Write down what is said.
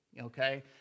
Okay